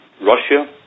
Russia